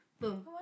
boom